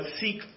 seek